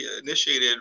initiated